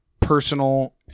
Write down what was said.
personal